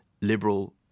liberal